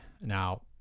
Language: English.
Now